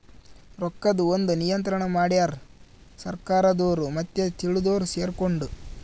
ರೊಕ್ಕದ್ ಒಂದ್ ನಿಯಂತ್ರಣ ಮಡ್ಯಾರ್ ಸರ್ಕಾರದೊರು ಮತ್ತೆ ತಿಳ್ದೊರು ಸೆರ್ಕೊಂಡು